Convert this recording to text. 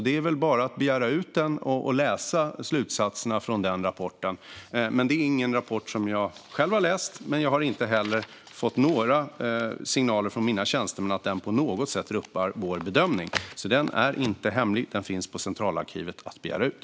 Det är väl bara att begära ut den och läsa slutsatserna i den rapporten. Det är ingen rapport som jag själv har läst, men jag har inte heller fått några signaler från mina tjänstemän om att den på något sätt rubbar vår bedömning. Den är inte hemlig. Den finns på centralarkivet att begära ut.